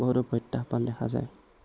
বহুতো প্ৰত্যাহ্বান দেখা যায়